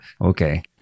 okay